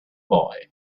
boy